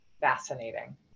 fascinating